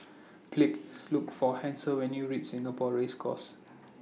Please Look For Hasel when YOU REACH Singapore Race Course